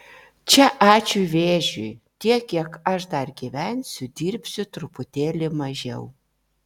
čia ačiū vėžiui tiek kiek aš dar gyvensiu dirbsiu truputėlį mažiau